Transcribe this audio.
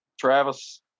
Travis